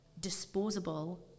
disposable